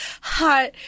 hot